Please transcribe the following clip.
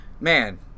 man